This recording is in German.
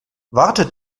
wartet